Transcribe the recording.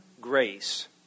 grace